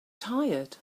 tired